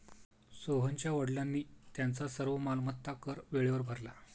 सोहनच्या वडिलांनी त्यांचा सर्व मालमत्ता कर वेळेवर भरला